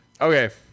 Okay